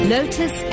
Lotus